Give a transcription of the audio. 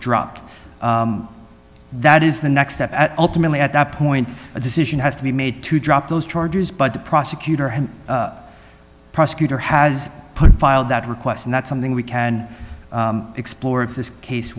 dropped that is the next step ultimately at that point a decision has to be made to drop those charges by the prosecutor and prosecutor has put filed that request and that's something we can explore if this case